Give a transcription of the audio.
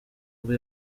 bwo